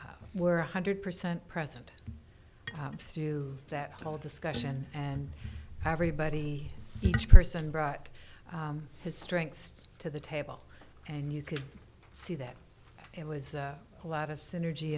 who were one hundred percent present through that whole discussion and everybody each person brought his strengths to the table and you could see that it was a lot of synergy